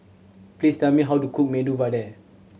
please tell me how to cook Medu Vada